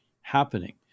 happening